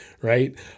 right